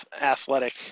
athletic